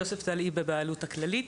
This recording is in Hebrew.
יוספטל הוא בבעלות הכללית,